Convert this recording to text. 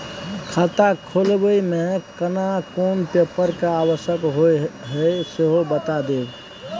खाता खोलैबय में केना कोन पेपर के आवश्यकता होए हैं सेहो बता देब?